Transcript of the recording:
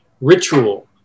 ritual